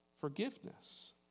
Forgiveness